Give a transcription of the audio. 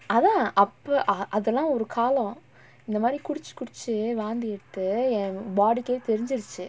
அதா அப்ப:athaa appe ah அதலா ஒரு காலோ இந்த மாரி குடிச்சு குடிச்சே வாந்தி எடுத்து எ:athala oru kaalo intha maari kudichu kudichae vaanthi eduthu en body கே தெரிஞ்சிரிச்சு:kae therinjirichu